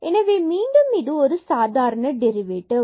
எனவே மீண்டும் இது ஒரு சாதாரண டெரிவேட்டிவ்